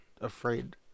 afraid